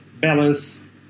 balance